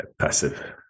passive